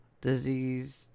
disease